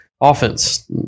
Offense